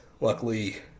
luckily